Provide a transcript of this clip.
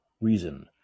reason